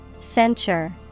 Censure